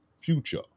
Future